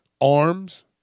arms